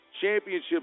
Championship